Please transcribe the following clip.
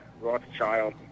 Rothschild